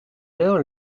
heures